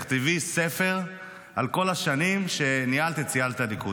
תכתבי ספר על כל השנים שבהן ניהלת את סיעת הליכוד.